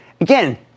Again